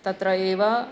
तत्र एव